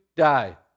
die